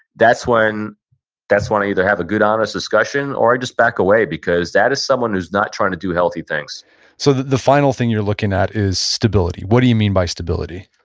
that's when that's when i either have a good honest discussion, or i just back away because that is someone who's not trying to do healthy things so, the final thing you're looking at is stability. what do you mean by stability?